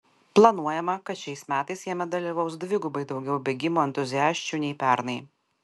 planuojama kad šiais metais jame dalyvaus dvigubai daugiau bėgimo entuziasčių nei pernai